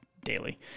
daily